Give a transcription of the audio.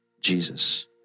Jesus